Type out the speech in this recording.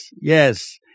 yes